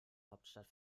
hauptstadt